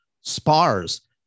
spars